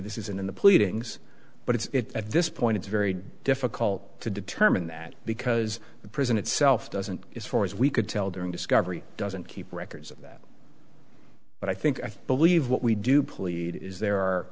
this is in the pleadings but it's at this point it's very difficult to determine that because the prison itself doesn't is for as we could tell during discovery doesn't keep records of that but i think i leave what we do plead is there are